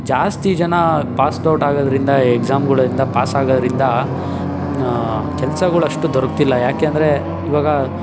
ಜಾಸ್ತಿ ಜನ passed out ಆಗೋದ್ರಿಂದ ಎಕ್ಸಾಮ್ಗಳಿಂದ ಪಾಸ್ ಆಗೋರಿಂದ ಕೆಲಸಗಳು ಅಷ್ಟು ದೊರಕ್ತಿಲ್ಲ ಯಾಕೆಂದ್ರೆ ಇವಾಗ